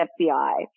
FBI